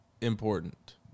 important